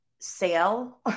sale